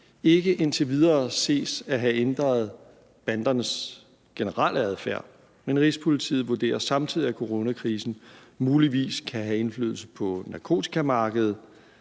ikke indtil videre ses at have ændret bandernes generelle adfærd, men Rigspolitiet vurderer samtidig, at coronakrisen muligvis kan have indflydelse på narkotikamarkedet,